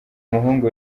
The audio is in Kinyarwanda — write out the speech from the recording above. umuhungu